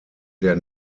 der